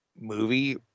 Movie